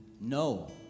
No